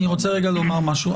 אני רוצה רגע לומר משהו.